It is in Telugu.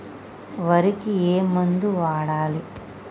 వరికి ఏ మందు వాడాలి?